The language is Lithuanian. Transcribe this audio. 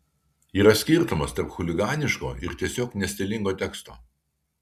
yra skirtumas tarp chuliganiško ir tiesiog nestilingo teksto